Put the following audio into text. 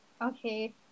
okay